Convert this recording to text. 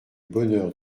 bonheur